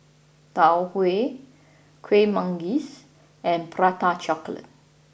Tau Huay Kuih Manggis and Prata Chocolate